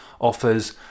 offers